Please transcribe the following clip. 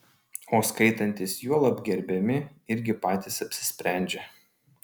o skaitantys juolab gerbiami irgi patys apsisprendžia